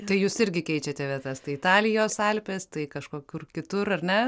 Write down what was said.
tai jūs irgi keičiate vietas tai italijos alpės tai kažkokių kitur ar ne